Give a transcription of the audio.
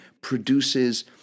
produces